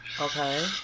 Okay